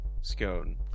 scone